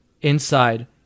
Inside